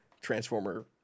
Transformer